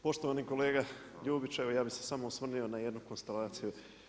Poštovani kolega Ljubić, evo ja bih se samo osvrnuo na jednu konstelaciju.